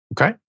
Okay